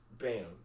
Bam